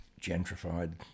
gentrified